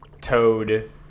Toad